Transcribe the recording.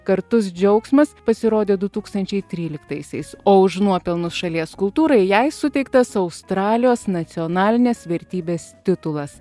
kartus džiaugsmas pasirodė du tūkstančiai tryliktaisiais o už nuopelnus šalies kultūrai jai suteiktas australijos nacionalinės vertybės titulas